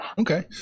Okay